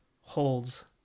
holds